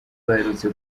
baherutse